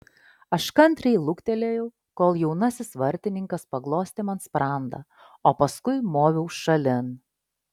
aš kantriai luktelėjau kol jaunasis vartininkas paglostė man sprandą o paskui moviau šalin